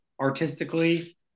artistically